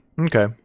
Okay